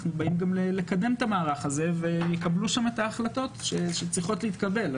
אנחנו באים גם לקדם את המערך הזה ויקבלו שם את ההחלטות שצריכות להתקבל.